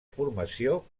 formació